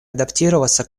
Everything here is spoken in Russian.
адаптироваться